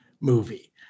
movie